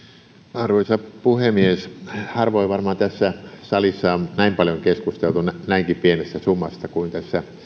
arvoisa puhemies harvoin varmaan tässä salissa on näin paljon keskusteltu näinkin pienestä summasta kuin tässä